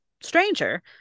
stranger